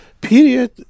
period